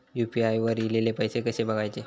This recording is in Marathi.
यू.पी.आय वर ईलेले पैसे कसे बघायचे?